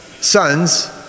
sons